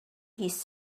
his